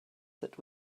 that